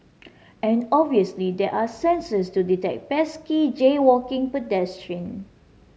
and obviously there are sensors to detect pesky jaywalking pedestrian